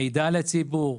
מידע לציבור,